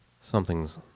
something's